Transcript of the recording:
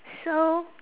so